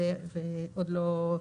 זה עוד לא הסתיים.